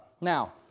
Now